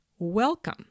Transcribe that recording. welcome